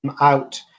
out